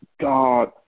God